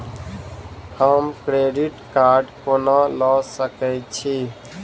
हम credit card कोना लऽ सकै छी?